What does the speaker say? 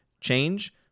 change